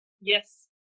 Yes